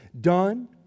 done